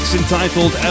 entitled